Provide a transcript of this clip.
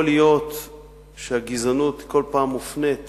יכול להיות שהגזענות בכל פעם מופנית